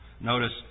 Notice